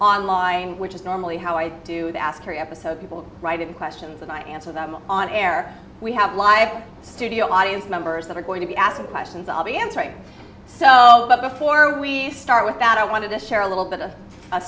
online which is normally how i do the ask harry episode people write in questions and i answer them on air we have live studio audience members that are going to be asking questions i'll be answering so before we start with that i wanted to share a little bit of a